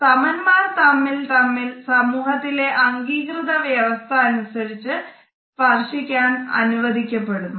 സമന്മാർ തമ്മിൽ തമ്മിൽ സമൂഹത്തിലെ അംഗീകൃത വ്യവസ്ഥ അനുസരിച്ച് സ്പർശിക്കാൻ അനുവദിക്കപ്പെടുന്നു